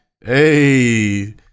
Hey